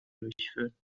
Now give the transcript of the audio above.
durchführen